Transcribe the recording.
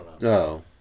No